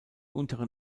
unteren